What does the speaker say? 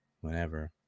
whenever